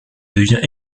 devient